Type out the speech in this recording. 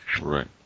Right